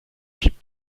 kippt